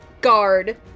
guard